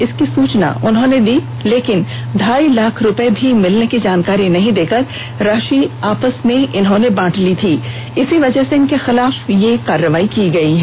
इसकी सूचना उन्होंने दी थी लेकिन ढ़ाई लाख रुपए मिलने की जानकारी नहीं देकर राशि आपस में बांट ली थी इसी वजह से इनके खिलाफ यह कार्रवाई की गई है